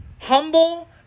humble